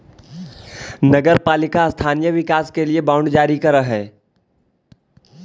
नगर पालिका स्थानीय विकास के लिए बांड जारी करऽ हई